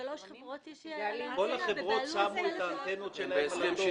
שלוש חברות הציבו אנטנות על אותו תורן.